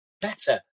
better